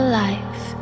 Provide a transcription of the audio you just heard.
life